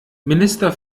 minister